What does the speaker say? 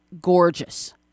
gorgeous